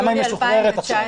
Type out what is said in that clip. למה היא משוחררת עכשיו?